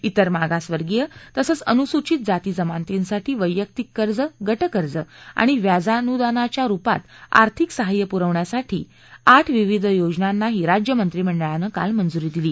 इतर मागास वर्गीय तसंच अनुसूचित जाती जमातींसाठी वर्षांक्रिक कर्ज गट कर्ज आणि व्याजानुदानाच्या रुपात आर्थिक सहाय्य पुरवण्यासाठी आठ विविध योजनांनाही राज्य मंत्रिमंडळानं काल मंजुरी दिली